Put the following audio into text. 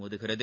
மோதுகிறது